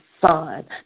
son